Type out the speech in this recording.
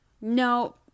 No